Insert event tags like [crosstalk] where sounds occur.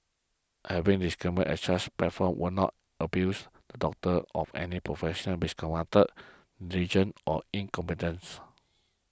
having disclaimers at such platforms will not abuse the doctor of any professional misconduct [unintelligible] or incompetence